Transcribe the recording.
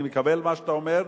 אני מקבל את מה שאתה אומר,